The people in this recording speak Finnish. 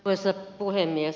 arvoisa puhemies